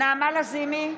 נעמה לזימי,